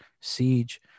Siege